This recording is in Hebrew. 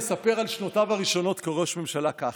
ומספר על שנותיו הראשונות כראש ממשלה ככה: